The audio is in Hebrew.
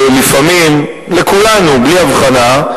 לכולנו בלי הבחנה,